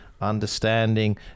understanding